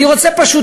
אני רוצה פשוט,